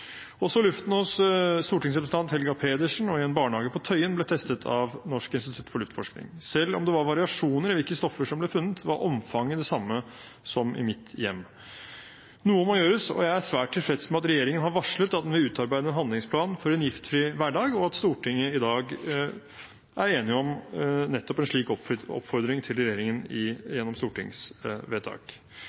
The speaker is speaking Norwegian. Også luften hos stortingsrepresentant Helga Pedersen og i en barnehage på Tøyen ble testet av Norsk institutt for luftforskning. Selv om det var variasjoner i hvilke stoffer som ble funnet, var omfanget det samme som i mitt hjem. Noe må gjøres, og jeg er svært tilfreds med at regjeringen har varslet at den vil utarbeide en handlingsplan for en giftfri hverdag, og at Stortinget i dag er enig om nettopp en slik oppfordring til regjeringen gjennom stortingsvedtak.